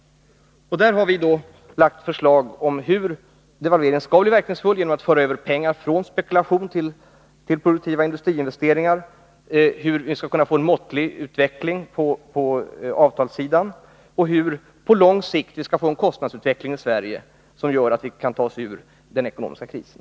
Där har vi föreslagit att pengar skall föras över från spekulation till produktiva industriinvesteringar. Vi har också utgått från en avtalsuppgörelse präglad av måttfullhet och räknat med en kostnadsutveckling som på lång sikt skall ta oss ur den ekonomiska krisen.